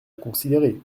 considérer